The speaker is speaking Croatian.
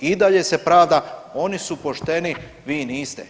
I dalje se pravda oni su pošteni, vi niste.